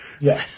Yes